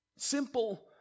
Simple